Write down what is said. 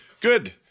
Good